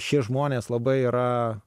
šie žmonės labai yra